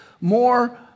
more